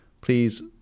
please